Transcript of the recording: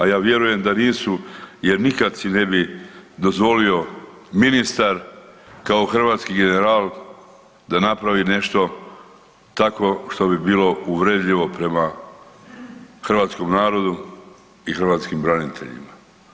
A ja vjerujem da nisu, jer nikad si nebi dozvolio ministar kao hrvatski general da napravi nešto tako što bi bilo uvredljivo prema hrvatskom narodu i hrvatskim braniteljima.